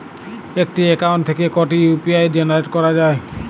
একটি অ্যাকাউন্ট থেকে কটি ইউ.পি.আই জেনারেট করা যায়?